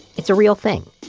it's a real thing.